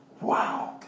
Wow